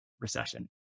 recession